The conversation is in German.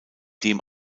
dem